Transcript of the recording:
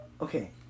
okay